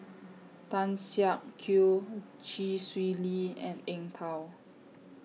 Tan Siak Kew Chee Swee Lee and Eng Tow